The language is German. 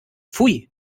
pfui